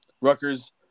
Rutgers